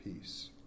peace